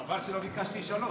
חבל שלא ביקשתי שלוש.